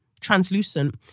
translucent